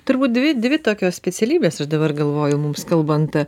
turbūt dvi dvi tokios specialybės aš dabar galvoju mums kalbant